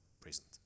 present